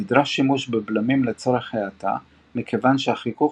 נדרש שימוש בבלמים לצורך האטה מכיוון שהחיכוך